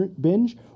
binge